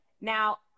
Now